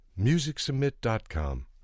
MusicSubmit.com